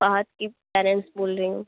فہد کی پرینٹس بول رہی ہوں